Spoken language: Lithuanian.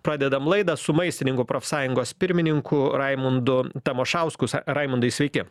pradedam laidą su maistininkų profsąjungos pirmininku raimondu tamošausku raimondai sveiki